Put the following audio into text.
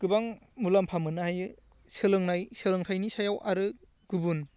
गोबां मुलाम्फा मोन्नो हायो सोलोंनाय सोलोंथाइनि सायाव आरो गुबुन